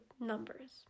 numbers